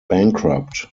bankrupt